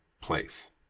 place